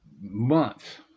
months